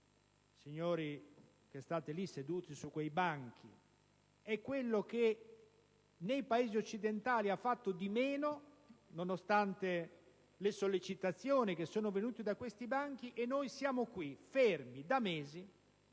signori che state lì seduti su quei banchi, è quello che nei Paesi occidentali ha fatto di meno nonostante le sollecitazioni che vi abbiamo rivolto, e noi siamo qui fermi da mesi